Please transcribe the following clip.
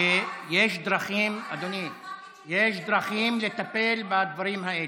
יש דרכים לטפל בדברים האלה.